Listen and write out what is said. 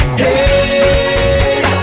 hey